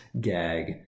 gag